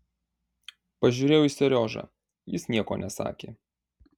pažiūrėjau į seriožą jis nieko nesakė